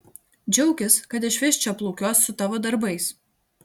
džiaukis kad išvis čia plūkiuos su tavo darbais